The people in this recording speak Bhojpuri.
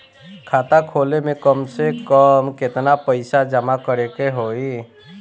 खाता खोले में कम से कम केतना पइसा जमा करे के होई?